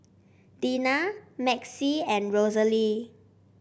Dina Maxie and Rosalie